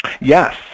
Yes